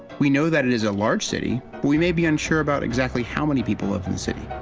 we know that it is a large city, but we may be unsure about exactly how many people live in the city.